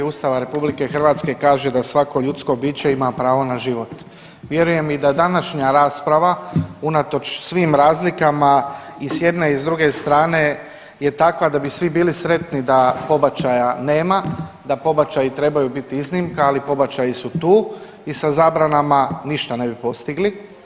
Ustava RH kaže da svako ljudsko biće ima pravo na život, vjerujem i da današnja rasprava unatoč svim razlikama i s jedne i s druge strane je takva da bi svi bili sretni da pobačaja nema, da pobačaji trebaju biti iznimka, ali pobačaji su tu i sa zabranama ništa ne bi postigli.